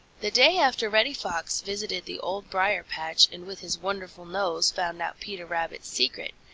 the day after reddy fox visited the old briar-patch and with his wonderful nose found out peter rabbit's secret,